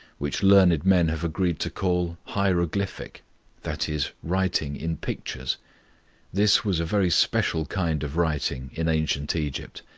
which learned men have agreed to call hieroglyphic that is, writing in pictures this was a very special kind of writing in ancient egypt,